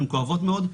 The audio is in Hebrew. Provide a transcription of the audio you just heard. הם כואבות מאוד.